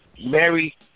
Mary